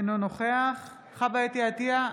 אינו נוכח חוה אתי עטייה,